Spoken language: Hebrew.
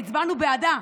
והצבענו בעדה,